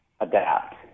adapt